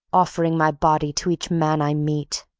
offering my body to each man i meet.